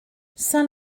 saint